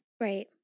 Right